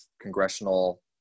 congressional